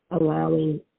allowing